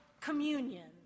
communion